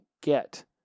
get